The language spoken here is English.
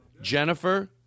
Jennifer